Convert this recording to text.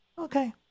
Okay